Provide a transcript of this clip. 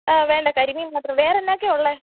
വേണ്ട കരിമീൻ മാത്രം വേറെ എന്നാ ഒക്കെ ഉള്ളത്